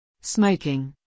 Smoking